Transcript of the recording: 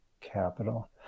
capital